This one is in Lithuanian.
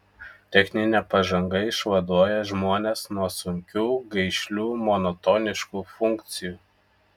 techninė pažanga išvaduoja žmones nuo sunkių gaišlių monotoniškų funkcijų